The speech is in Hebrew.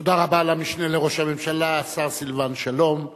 תודה רבה למשנה לראש הממשלה, השר סילבן שלום.